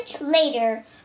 later